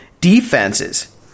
defenses